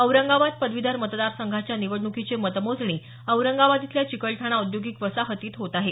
औरंगाबाद पदवीधर मतदारसंघाच्या निवडणुकीची मतमोजणी औरंगाबाद इथल्या चिकलठाणा औद्योगिक वसाहतीत होत आहे